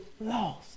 lost